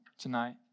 tonight